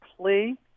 plea